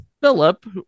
Philip